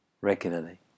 regularly